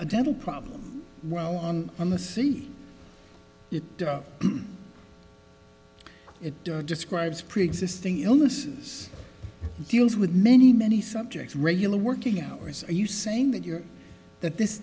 a dental problem while on on the see it it describes preexisting illnesses deals with many many subjects regular working hours are you saying that you're that this